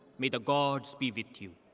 may the gods be with you.